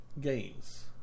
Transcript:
games